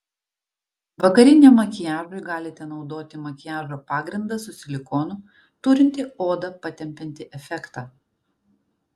vakariniam makiažui galite naudoti makiažo pagrindą su silikonu turintį odą patempiantį efektą